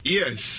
yes